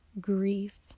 grief